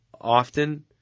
often